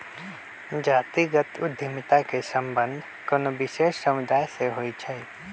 जातिगत उद्यमिता के संबंध कोनो विशेष समुदाय से होइ छै